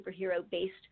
superhero-based